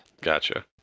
Gotcha